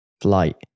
flight